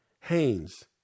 Haynes